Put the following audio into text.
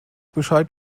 bescheid